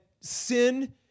sin